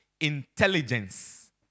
intelligence